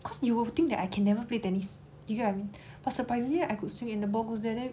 cause you will think that I can never play tennis you get what I mean but surprisingly I could swing and the ball goes there leh